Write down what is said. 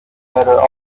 better